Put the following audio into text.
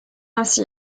ainsi